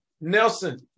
Nelson